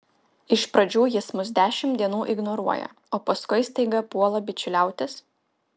iš pradžių jis mus dešimt dienų ignoruoja o paskui staiga puola bičiuliautis